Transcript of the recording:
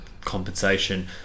compensation